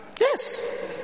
Yes